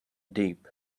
deep